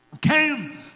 came